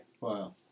Wow